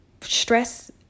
stress